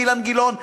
אילן גילאון ואחרים.